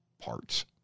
parts